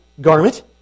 garment